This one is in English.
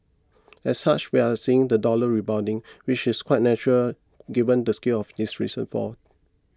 as such we are seeing the dollar rebounding which is quite natural given the scale of its recent fall